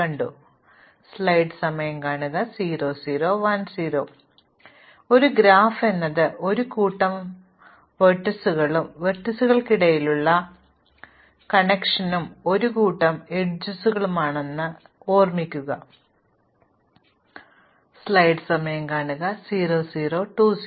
അതിനാൽ ഒരു ഗ്രാഫ് എന്നത് ഒരു കൂട്ടം വെർട്ടീസുകളും വെർട്ടീസുകൾക്കിടയിൽ കണക്ഷനുകളുള്ള ഒരു കൂട്ടം അരികുകളുമാണെന്ന് ഓർമ്മിക്കുക ഇവ ഒരുപക്ഷേ സംവിധാനം അല്ലെങ്കിൽ വഴിതിരിച്ചുവിടില്ല